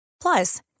Plus